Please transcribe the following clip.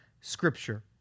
scripture